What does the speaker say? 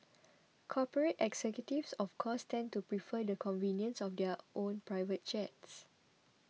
corporate executives of course tend to prefer the convenience of their own private jets